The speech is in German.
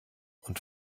und